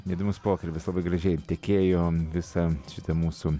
įdomus pokalbis labai gražiai tekėjo visą šitą mūsų